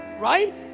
right